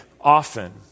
often